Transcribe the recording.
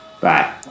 Bye